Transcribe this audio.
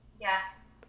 Yes